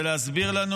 זה להסביר לנו,